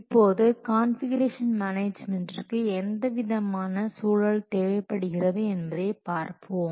இப்போது கான்ஃபிகுரேஷன் மேனேஜ்மென்டிற்கு எந்தவிதமான சூழல் தேவைப்படுகிறது என்பதை பார்ப்போம்